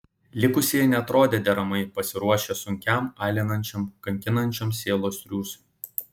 likusieji neatrodė deramai pasiruošę sunkiam alinančiam kankinančiam sielos triūsui